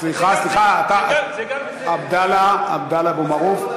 סליחה, סליחה, עבדאללה אבו מערוף.